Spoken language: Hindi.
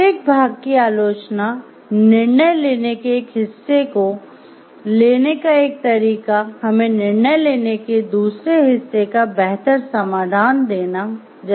प्रत्येक भाग की आलोचना निर्णय लेने के एक हिस्से को लेने का एक तरीका हमें निर्णय लेने के दूसरे हिस्से का बेहतर समाधान देने जैसा है